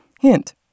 Hint